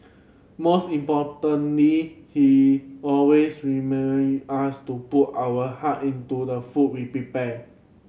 most importantly he always us to put our heart into the food we prepare